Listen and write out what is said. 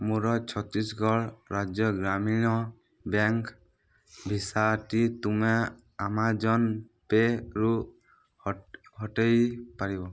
ମୋର ଛତିଶଗଡ଼ ରାଜ୍ୟ ଗ୍ରାମୀଣ ବ୍ୟାଙ୍କ୍ ଭିସାଟି ତୁମେ ଆମାଜନ୍ ପେରୁ ହଟାଇ ପାରିବ